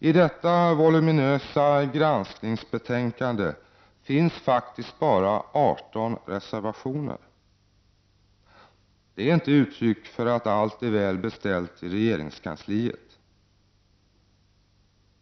I detta voluminösa granskningsbetänkande finns faktiskt bara 18 reservationer. Det är inte ett uttryck för att allt är väl beställt i regeringskansliet.